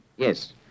Yes